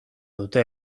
dute